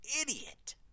idiot